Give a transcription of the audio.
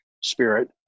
spirit